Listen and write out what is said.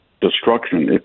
destruction